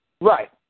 Right